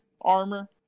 armor